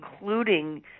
including